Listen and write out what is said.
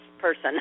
person